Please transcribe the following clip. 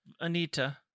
Anita